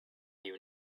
you